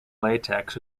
latex